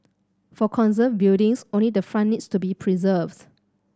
for conserved buildings only the front needs to be preserved